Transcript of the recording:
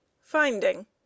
Finding